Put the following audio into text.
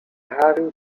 having